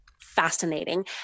fascinating